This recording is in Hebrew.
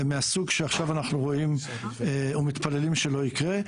מהסוג שעכשיו אנחנו רואים ומתפללים שלא יקרה.